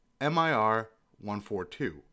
MIR142